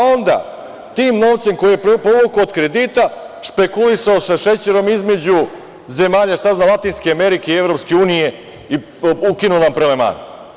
Onda, tim novcem koji je povukao od kredita špekulisao sa šećerom između zemalja, šta znam latinske Amerike i EU, ukinuo nam prelevmane.